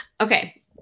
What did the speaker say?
Okay